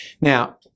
Now